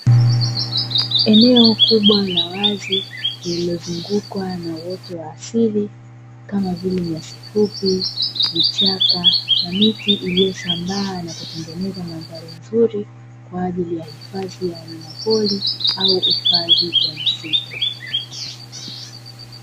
Eneo kubwa la wazi lililozungukwa na uoto wa asili kama vile nyasi fupi, vichaka na miti iliyosambaa na kutengeneza mandhari nzuri kwa ajili ya hifadhi ya wanyama pori au hifadhi ya misitu.